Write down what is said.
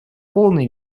полной